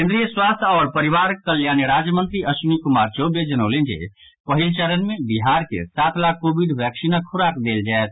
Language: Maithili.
केन्द्रीय स्वास्थ्य आओर परिवार कल्याण राज्य मंत्री अश्विनी कुमार चौबे जनौलनि जे पहिल चरण मे बिहार के सात लाख कोविड वैक्सीनक खुराक देल जायत